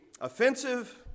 offensive